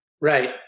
Right